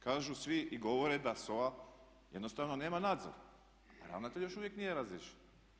Kažu svi i govore da SOA jednostavno nema nadzor, a ravnatelj još uvijek nije razriješen.